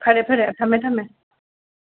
ꯐꯔꯦ ꯐꯔꯦ ꯊꯝꯃꯦ ꯊꯝꯃꯦ